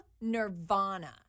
nirvana